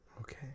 Okay